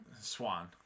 Swan